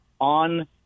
on